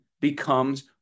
becomes